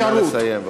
נא לסיים.